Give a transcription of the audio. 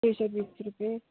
एक सय बिस रुपियाँ